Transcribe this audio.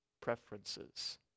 preferences